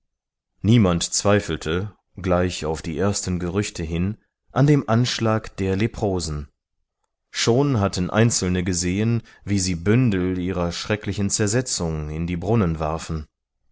niemand zweifelte gleich auf die ersten gerüchte hin an dem anschlag der leprosen schon hatten einzelne gesehen wie sie bündel ihrer schrecklichen zersetzung in die brunnen warfen